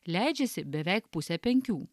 leidžiasi beveik pusę penkių